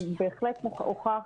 בהחלט הוכח,